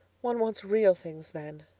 one wants real things then.